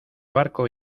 barco